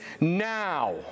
now